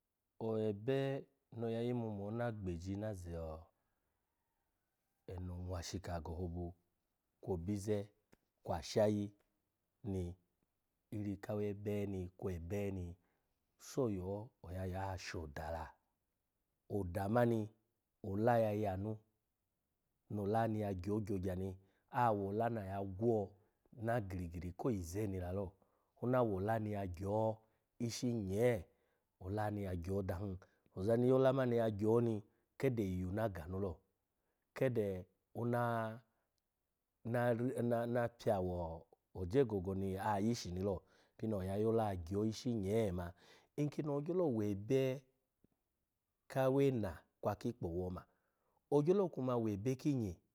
O-ebe no oya yimu mo ona gbeji ze-eno nwashika gohobu, kwo obize kwa ashayi ni wiri kawe be kwe ebe ni so yo, oya yo ashoda la. Oda mani, ola ya yanu, no ola ni ya gyo gyogya ni, awola na agwo na giri giri ko yi ze ni lalo, ona wola ni ya gyo ishi nyee ola ni ya gyo dan, ozani yo ola mani ya gyo ni kede iyu na ganu lo, kede ona, na- na- ona pya woje gogo ni ayishi ni lo pini ayola gyo ishi nyee ma. Nkini ogyolo we be kwawena kwa aki ikpowu oma, ogyo kuma webe kinyi.